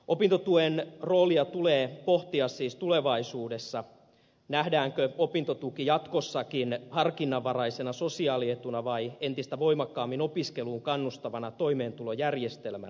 opintotuen roolia tulee pohtia siis tulevaisuudessa nähdäänkö opintotuki jatkossakin harkinnanvaraisena sosiaalietuna vai entistä voimakkaammin opiskeluun kannustavana toimeentulojärjestelmänä